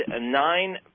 nine